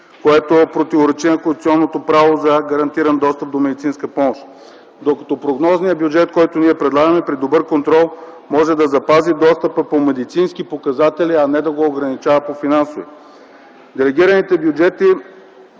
което противоречи на конституционното право за гарантиран достъп до медицинска помощ, докато прогнозният бюджет, който ние предлагаме, при добър контрол може да запази достъпа по медицински показатели, а не да го ограничава по финансови. Делегираните бюджети